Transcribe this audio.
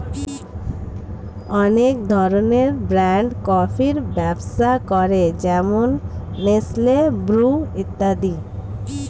অনেক ধরনের ব্র্যান্ড কফির ব্যবসা করে যেমন নেসলে, ব্রু ইত্যাদি